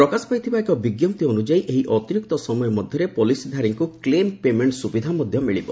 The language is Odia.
ପ୍ରକାଶ ପାଇଥିବା ଏକ ବିଞ୍ଜପ୍ତି ଅନୁଯାୟୀ ଏହି ଅତିରିକ୍ତ ସମୟ ମଧ୍ୟରେ ପଲିସିଧାରୀଙ୍କୁ କ୍ଲେମ ପେମେଣ୍ଟ ସୁବିଧା ମଧ୍ୟ ମିଳିବ